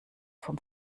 vom